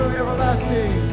everlasting